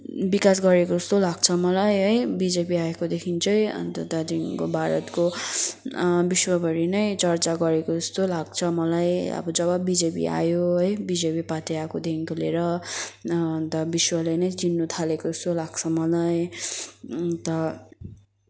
विकास गरेको जस्तो लाग्छ मलाई है बिजेपी आएकोदेखि चाहिँ अन्त त्यहाँदेखिको भारतको विश्वभरि नै चर्चा गरेको जस्तो लाग्छ मलाई अब जब बिजेपी आयो है बिजेपी पार्टी आएकोदेखिको लिएर अन्त विश्वले नै चिन्नुथालेको जस्तो लाग्छ मलाई अन्त